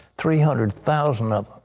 three hundred thousand of them.